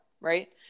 Right